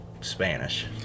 Spanish